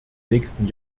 nächsten